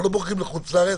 אנחנו לא בורחים לחוץ-לארץ,